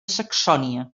saxònia